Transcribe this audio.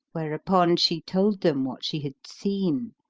whereupon she told them what she had seen,